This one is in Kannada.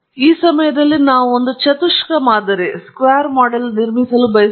ಈ ಸಮಯದಲ್ಲಿ ನಾವು ಒಂದು ಚತುಷ್ಕ ಮಾದರಿಯನ್ನು ನಿರ್ಮಿಸಲು ಬಯಸುತ್ತೇವೆ